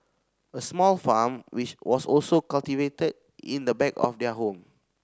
a small farm which was also cultivated in the back of their home